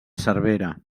cervera